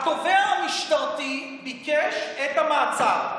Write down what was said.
התובע המשטרתי ביקש את המעצר.